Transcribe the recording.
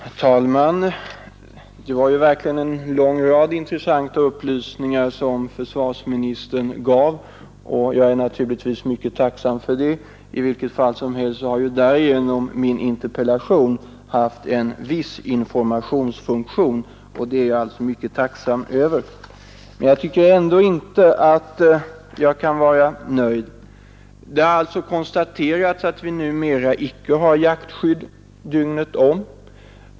Herr talman! Det var verkligen en lång rad intressanta upplysningar som försvarsministern gav. I vilket fall som helst så har därmed min interpellation haft en viss informationsfunktion, och det är jag mycket tacksam för. Jag tycker ändå inte att jag kan vara nöjd. Det har alltså konstaterats att vi icke har jaktskydd dygnet om.